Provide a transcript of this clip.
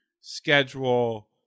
schedule